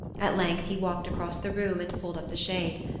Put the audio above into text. at length he walked across the room and pulled up the shade.